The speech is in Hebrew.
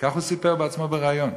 כך הוא סיפר בעצמו בריאיון.